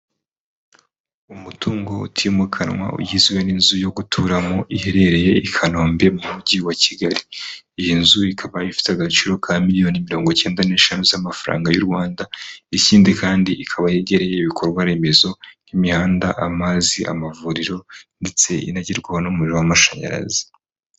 Umutungo utimukanwa ugizwe n'inzu yo guturamo iherereye i Kanombe mu mujyi wa Kigali, iyi nzu ikaba ifite agaciro ka miliyoni mirongo icyenda n'eshanu z'amafaranga y'u Rwanda, ikindi kandi ikaba yegereye ibikorwa remezo nk'imihanda, amazi, amavuriro ndetse inagerwaho n'umuriro w'amashanyarazi.